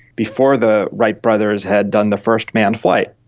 before the wright brothers had done the first manned flight.